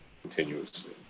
continuously